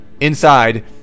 Inside